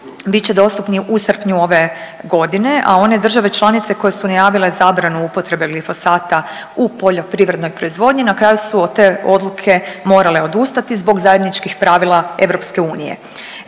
će dostupni u srpnju ove godine, a one države članice koje su najavile zabranu upotrebe glifosata u poljoprivrednoj proizvodnji na kraju su od te odluke morale odustati zbog zajedničkih pravila EU.